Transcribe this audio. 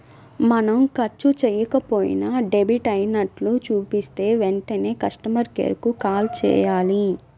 మనం ఖర్చు చెయ్యకపోయినా డెబిట్ అయినట్లు చూపిస్తే వెంటనే కస్టమర్ కేర్ కు కాల్ చేయాలి